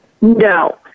No